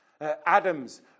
Adam's